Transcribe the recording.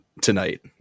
tonight